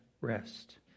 rest